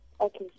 Okay